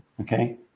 Okay